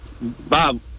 Bob